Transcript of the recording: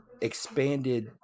expanded –